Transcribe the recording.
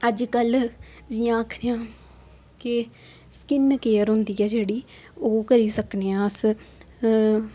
अज्जकल जियां आखने आं के स्किन केयर होंदी ऐ जेह्ड़ी ओह् करी सकने आं अस